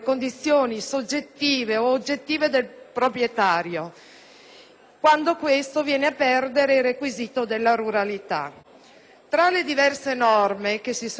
quando viene a perdere il requisito della ruralità. Tra le diverse norme che si sono succedute, quella relativa all'iscrizione al catasto